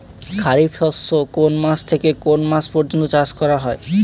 খারিফ শস্য কোন মাস থেকে কোন মাস পর্যন্ত চাষ করা হয়?